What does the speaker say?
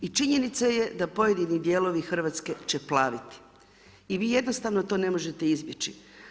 I činjenica je da pojedini dijelovi Hrvatske će plaviti i vi jednostavno to ne možete izbjeći.